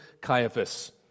Caiaphas